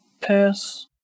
Pass